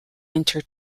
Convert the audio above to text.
winter